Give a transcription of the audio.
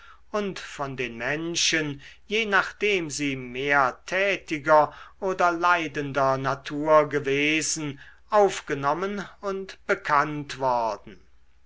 und von den menschen je nachdem sie mehr tätiger oder leidender natur gewesen aufgenommen und bekannt worden